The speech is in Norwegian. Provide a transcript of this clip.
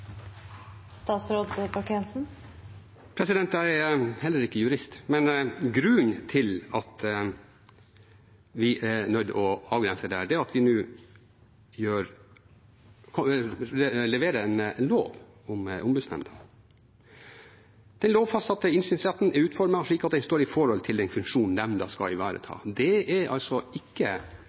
heller ikke jurist, men grunnen til at vi er nødt til å avgrense dette, er at vi nå leverer en lov om Ombudsnemnda. Den lovfastsatte innsynsretten er utformet slik at den står i forhold til den funksjonen nemnda skal ivareta. Det er ikke